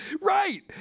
Right